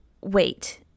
Wait